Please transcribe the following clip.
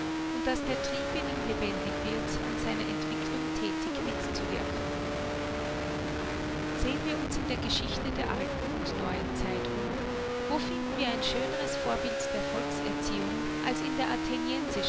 und daß der trieb in ihm lebendig wird an seiner entwicklung thätig mitzuwirken sehen wir uns in der geschichte der alten und neuen zeit um wo finden wir ein schöneres vorbild der volkserziehung als in der